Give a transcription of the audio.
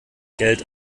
geld